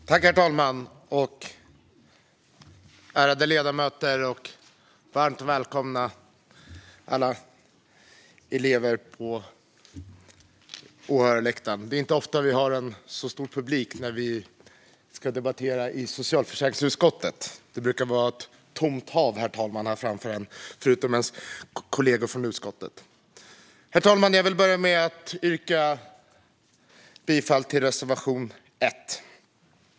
Riksrevisionens rapport om ned-dragningar hos Migrationsverket 2017-2020 Herr talman! Ärade ledamöter! Och varmt välkomna, alla elever på åhörarläktaren! Det är inte ofta vi har en så stor publik när vi ska debattera i socialförsäkringsutskottet. Det brukar vara ett tomt hav framför en, herr talman, förutom ens kollegor från utskottet. Herr talman! Jag vill börja med att yrka bifall till reservation 1.